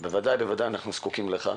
אנחנו בוודאי זקוקים לך.